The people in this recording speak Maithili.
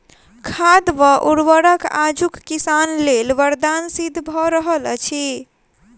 खाद वा उर्वरक आजुक किसान लेल वरदान सिद्ध भ रहल अछि